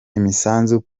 imisanzu